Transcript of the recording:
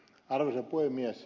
arvoisa puhemies